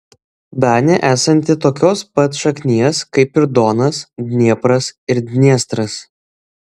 danė esanti tokios pat šaknies kaip ir donas dniepras ir dniestras